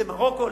למרוקו?